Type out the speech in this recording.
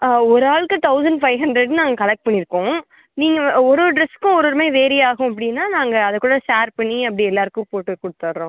ஆ ஒரு ஆள்க்கு thousand five hundred நாங்கள் கலெக்ட் பண்ணிருக்கோம் நீங்கள் ஒரு ஒரு ட்ரெஸ்க்கும் ஒரு ஒரு மாரி வேரி ஆகும் அப்படின்னா நாங்கள் அதை கூட ஷேர் பண்ணி அப்படி எல்லாருக்கும் போட்டு கொடுத்தட்றோம்